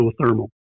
geothermal